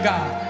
God